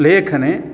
लेखने